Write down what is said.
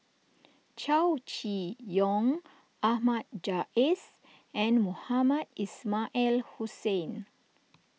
Chow Chee Yong Ahmad Jais and Mohamed Ismail Hussain